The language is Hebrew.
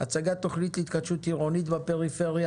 הצגת תוכנית להתחדשות עירונית בפריפריה,